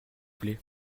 plait